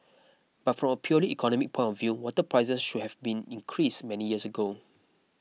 but from purely economic point of view water prices should have been increased many years ago